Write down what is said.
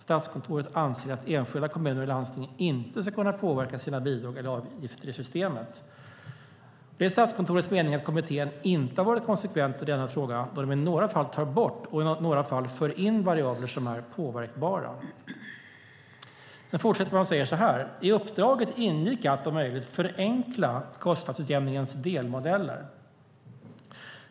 Statskontoret anser att enskilda kommuner och landsting inte ska kunna påverka sina bidrag eller avgifter i systemet. Det är Statskontorets mening att kommittén inte har varit konsekvent i denna fråga då de i några fall tar bort och i några fall för in variabler som är påverkbara." Man fortsätter: "I uppdraget ingick att, om möjligt, förenkla kostnadsutjämningens delmodeller.